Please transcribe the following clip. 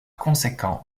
conséquent